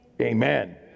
Amen